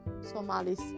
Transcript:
Somalis